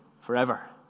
forever